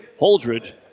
Holdridge